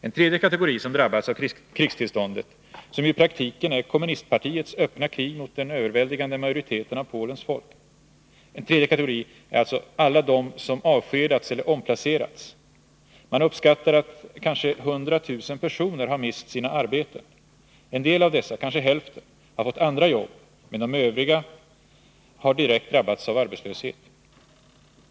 En tredje kategori som drabbats av krigstillståndet — som ju i praktiken är kommunistpartiets öppna krig mot den överväldigande majoriteten av Polens folk — är alla de som avskedats eller omplacerats. Man uppskattar att kanske 100 000 personer har mist sina arbeten. En del av dessa — kanske hälften — har fått andra jobb, medan de övriga direkt har drabbats av arbetslöshet.